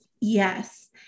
Yes